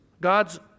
God's